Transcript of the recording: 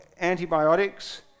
antibiotics